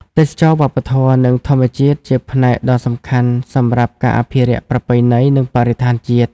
ទេសចរណ៍វប្បធម៌ និងធម្មជាតិជាផ្នែកដ៏សំខាន់សម្រាប់ការអភិរក្សប្រពៃណី និងបរិស្ថានជាតិ។